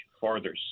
farther